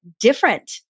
different